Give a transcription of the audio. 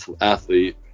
athlete